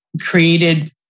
created